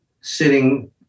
sitting